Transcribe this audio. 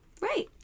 Right